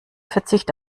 verzicht